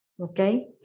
Okay